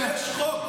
יש חוק.